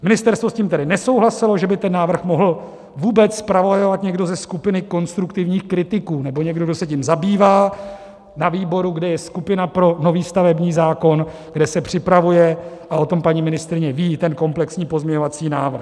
Ministerstvo s tím tedy nesouhlasilo, že by ten návrh mohl vůbec zpravodajovat někdo ze skupiny konstruktivních kritiků, nebo někdo, kdo se tím zabývá, na výboru, kde je skupina pro nový stavební zákon, kde se připravuje, a o tom paní ministryně ví, i ten komplexní pozměňovací návrh.